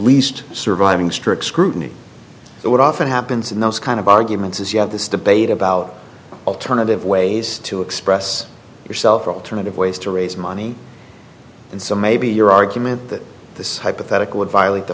least surviving strict scrutiny that what often happens in those kind of arguments is you have this debate about alternative ways to express yourself or alternative ways to raise money and so maybe your argument that this hypothetical would violate the